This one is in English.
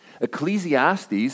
Ecclesiastes